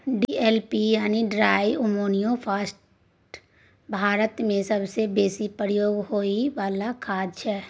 DAP यानी di ammonium phosphate भारतमे सबसँ बेसी प्रयोग होइ बला खाद छै